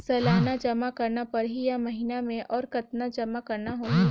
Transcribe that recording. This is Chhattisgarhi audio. सालाना जमा करना परही या महीना मे और कतना जमा करना होहि?